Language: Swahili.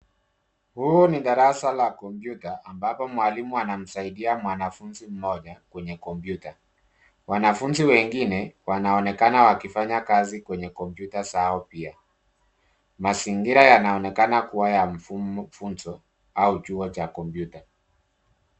Huu ni darasa la kompyuta, ambapo mwalimu anamsaidia mwanafunzi mmoja, kwenye kompyuta. Wanafunzi wengine, wanaonekana wakifanya kazi kwenye kompyuta zao pia, mazingira yanaonekana kuwa ya mfumo, mfunzo, au chuo cha kompyuta.